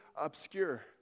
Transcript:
obscure